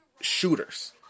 shooters